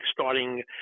starting